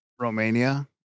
Romania